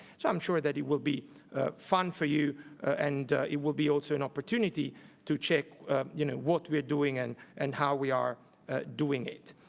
so i'm sure that it will be fun for you and it will be also and opportunity to check you know what we are doing and and how we are doing it.